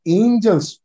angels